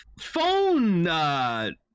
phone